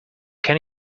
can